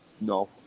no